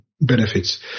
benefits